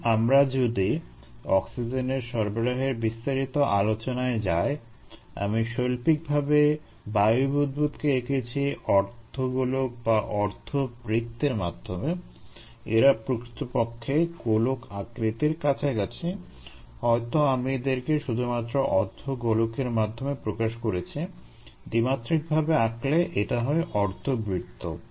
এখন আমরা যদি অক্সিজেনের সরবরাহের বিস্তারিত আলোচনায় যাই আমি শৈল্পিকভাবে বায়ু বুদবুদকে এঁকেছি অর্ধগোলক বা অর্ধবৃত্তের মাধ্যমে এরা প্রকৃতপক্ষে গোলক আকৃতির কাছাকাছি হয়তো আমি এদেরকে শুধুমাত্র অর্ধগোলকের মাধ্যমে প্রকাশ করেছি দ্বিমাত্রিকভাবে আঁকলে এটা হয় অর্ধবৃত্ত